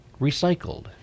Recycled